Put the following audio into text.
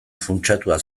funtsatua